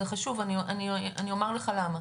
זה חשוב ואני אומר לך למה,